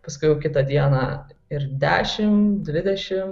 paskui jau kitą dieną ir dešimt dvidešimt